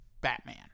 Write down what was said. Batman